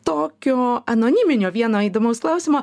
tokio anoniminio vieno įdomaus klausimo